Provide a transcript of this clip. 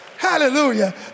Hallelujah